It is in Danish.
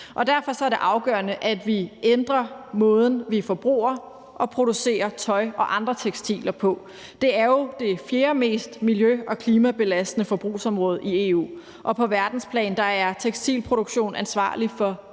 derfor er det afgørende, at vi ændrer måden, vi forbruger og producerer tøj og andre tekstiler på. Det er jo det fjerde mest miljø- og klimabelastende forbrugerområde i EU, og på verdensplan er tekstilproduktion ansvarlig for